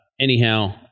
anyhow